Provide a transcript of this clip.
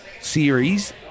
series